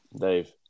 Dave